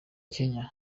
kenya